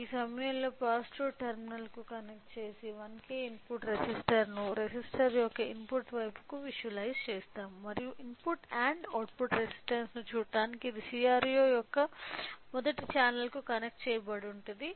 ఈ సమయంలో positive terminal కు కనెక్ట్ చేసి 1K ఇన్పుట్ రెసిస్టర్ను రెసిస్టర్ యొక్క ఇన్పుట్ వైపుకు విజువలైజ్ చేస్తాము మరియు ఇన్పుట్ అండ్ అవుట్పుట్ రెస్పొన్సెస్ ను చూడటానికి ఇది CRO యొక్క మొదటి ఛానెల్కు కనెక్ట్ చెయ్యబడివుంటుంది